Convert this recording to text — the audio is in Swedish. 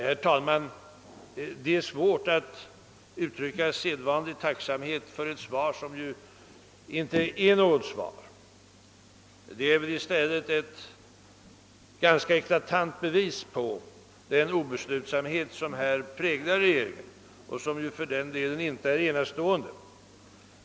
Herr talman! Det är svårt att uttrycka sedvanlig tacksamhet för ett svar som ju inte är något svar. Det är i stället ett ganska eklatant bevis på den obeslutsamhet som härvidlag präglar regeringen och som för all del inte är enastående.